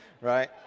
right